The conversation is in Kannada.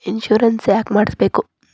ಇನ್ಶೂರೆನ್ಸ್ ಯಾಕ್ ಮಾಡಿಸಬೇಕು?